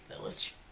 village